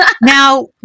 Now